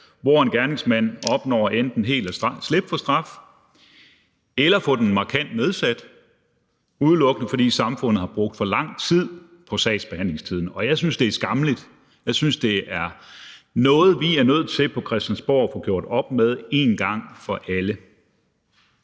hvor en gerningsmand opnår enten helt at slippe for straf eller få den markant nedsat, udelukkende fordi samfundet har brugt for lang tid på sagsbehandlingen. Jeg synes, det er skammeligt. Jeg synes, det er noget, vi på Christiansborg er nødt til at få gjort op med en gang for alle.